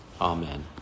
Amen